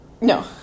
no